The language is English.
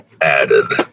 added